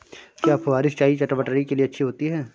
क्या फुहारी सिंचाई चटवटरी के लिए अच्छी होती है?